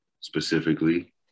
specifically